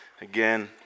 Again